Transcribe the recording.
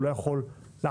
הוא לא יכול לעצור,